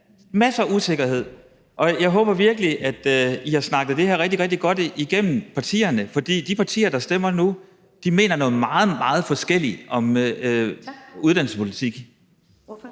masser af usikkerhed. Jeg håber virkelig, at partierne har snakket det her rigtig, rigtig godt igennem, for de partier, der stemmer nu, mener noget meget, meget forskelligt om uddannelsespolitik. Kl.